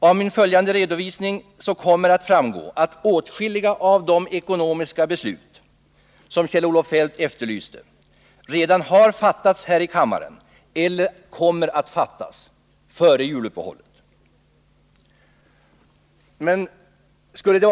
Av den redovisning jag skall ge i det följande kommer det att framgå att åtskilliga av de ekonomiska beslut som Kjell-Olof Feldt efterlyste redan har fattats eller kommer att fattas här i kammaren före juluppehållet.